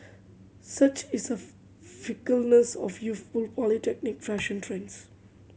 such is a fickleness of youthful polytechnic fashion trends